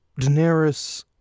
Daenerys